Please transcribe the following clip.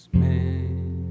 man